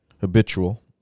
habitual